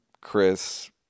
Chris